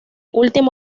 último